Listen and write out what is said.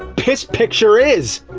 piss picture, is!